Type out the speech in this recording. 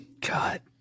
God